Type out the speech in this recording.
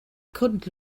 couldn’t